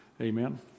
Amen